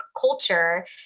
culture